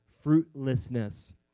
fruitlessness